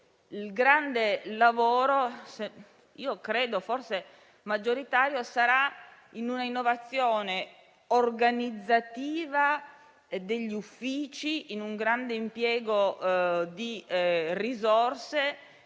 il grande lavoro - credo forse maggioritario - sarà in una innovazione organizzativa e degli uffici, in un grande impiego di risorse